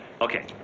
Okay